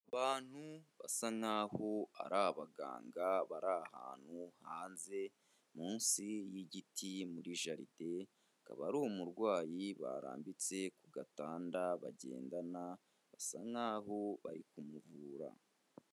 Abantu basa nk'aho ari abaganga, bari ahantu hanze munsi y'igiti muri jaride; akaba ari umurwayi barambitse ku gatanda bagendana basa nk'aho bari kumuvura.